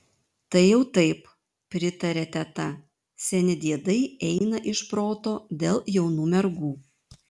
tai jau taip pritarė teta seni diedai eina iš proto dėl jaunų mergų